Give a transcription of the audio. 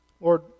Lord